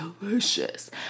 delicious